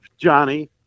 Johnny